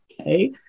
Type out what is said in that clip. Okay